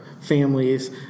families